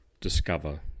discover